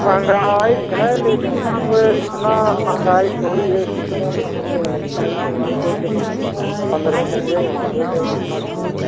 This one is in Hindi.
महंगाई है लेकिन अब इतनी महंगाई थोड़ी है कि इतना में हम लेंगे भाई ठीक है चलो पंद्रह में देओ हम ले लेंगे पाँच किलो